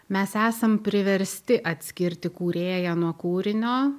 mes esam priversti atskirti kūrėją nuo kūrinio